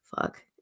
Fuck